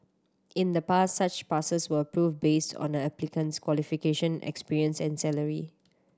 in the past such passes were approved based on a applicant's qualification experience and salary